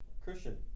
Christian